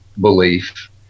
belief